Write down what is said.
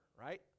right